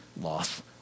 loss